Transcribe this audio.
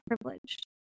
privileged